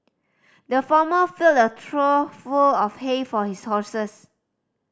the farmer filled a trough full of hay for his horses